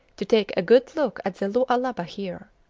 to take a good look at the lualaba here.